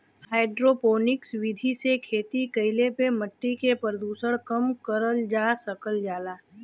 hydroponics विधि से खेती कईले पे मट्टी के प्रदूषण कम करल जा सकल जाला